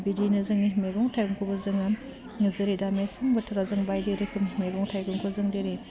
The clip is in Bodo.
बिदिनो जोंनि मैगं थाइगंखौबो जोङो जेरै दा मेसें बोथोराव जों बायदि रोखोम मैगं थाइगंखौ जों जेरै